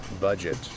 budget